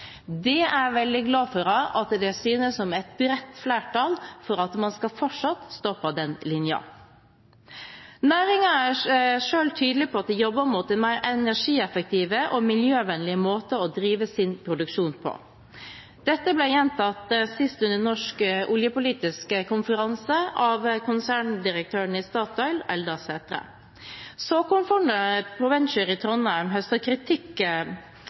er veldig glad for at det synes å være et bredt flertall for at man fortsatt skal stå på den linjen. Næringen selv er tydelig på at den jobber mot en mer energieffektiv og miljøvennlig måte å drive sin produksjon på. Dette ble gjentatt sist under oljeindustripolitisk seminar av konserndirektøren i Statoil, Eldar Sætre. Såkornfondet ProVenture Seed i Trondheim høstet kritikk